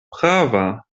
prava